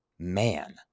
man